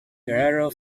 guerrero